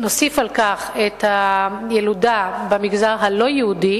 נוסיף על כך את הילודה במגזר הלא-יהודי